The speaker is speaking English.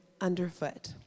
underfoot